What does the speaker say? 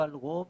אבל רוב